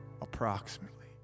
Approximately